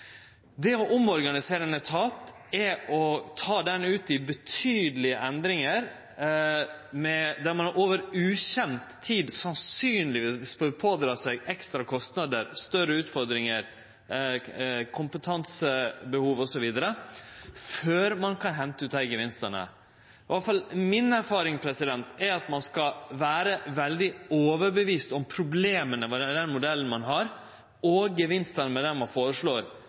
Det å omorganisere ein etat er å utsetje han for betydelege endringar, der ein over ukjend tid sannsynlegvis vil pådra seg ekstra kostnader, større utfordringar, kompetansebehov osv. – før ein kan hente ut gevinstane. Mi erfaring er i alle fall at ein skal kjenne seg veldig overbevist om problema ved den modellen ein har, og gevinstane ved den ein